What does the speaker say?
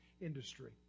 industry